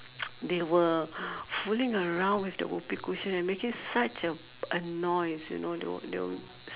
they were fooling around with the Whoopee cushion and making such a a noise you know they were they were s~